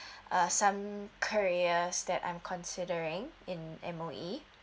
uh some career that I'm considering in M_O_E